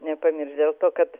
nepamirš dėl to kad